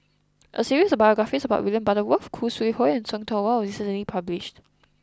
a series of biographies about William Butterworth Khoo Sui Hoe and See Tiong Wah was recently published